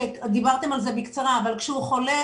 כשהוא חולה,